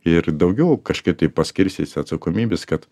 ir daugiau kažkaip tai paskirstyt atsakomybes kad